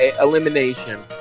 elimination